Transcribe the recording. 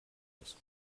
muss